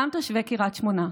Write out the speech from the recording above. כולם תושבי קריית שמונה,